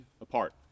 apart